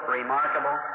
remarkable